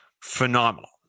Phenomenal